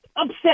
upset